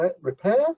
repair